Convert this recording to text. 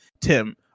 Tim